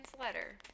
letter